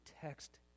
text